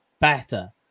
better